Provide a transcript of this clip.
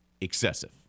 excessive